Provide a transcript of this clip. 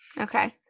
Okay